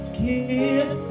give